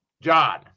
John